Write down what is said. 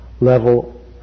level